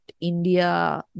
India